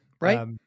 Right